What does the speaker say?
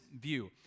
view—